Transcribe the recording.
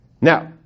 Now